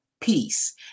peace